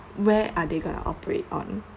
where are they going to operate on